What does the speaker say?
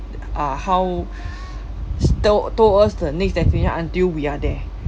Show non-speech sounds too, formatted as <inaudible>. uh how <breath> sto~ told us the next destination until we are there